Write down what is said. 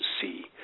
see